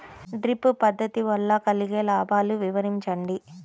Drip పద్దతి వల్ల కలిగే లాభాలు వివరించండి?